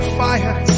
fire